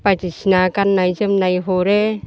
बायदिसिना गाननाय जोमनाय हरो